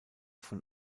von